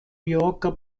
yorker